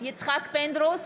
יצחק פינדרוס,